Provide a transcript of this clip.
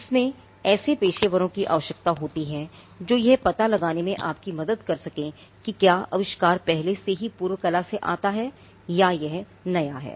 इसमें ऐसे पेशेवरों की आवश्यकता होती है जो यह पता लगाने में आपकी मदद कर सकें कि क्या आविष्कार पहले से ही पूर्व कला से आता है या यह नया है